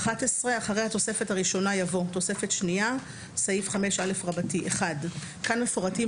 אחרי התוספת הראשונה יבוא: "תוספת שנייה (סעיף 5א) כאן מפורטים,